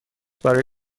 برای